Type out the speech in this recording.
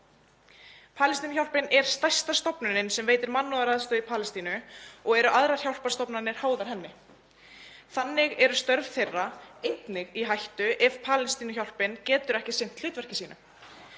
Palestínuhjálpin er stærsta stofnunin sem veitir mannúðaraðstoð í Palestínu og eru aðrar hjálparstofnanir háðar henni. Þannig eru störf þeirra einnig í hættu ef Palestínuhjálpin getur ekki sinnt hlutverki sínu